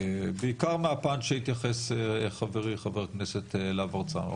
בעיקר מהפן שהתייחס חברי, חה"כ להב-הרצנו.